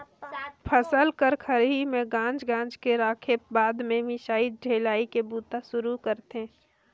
फसल ल खरही में गांज गांज के राखेब बाद में मिसाई ठेलाई के बूता सुरू करथे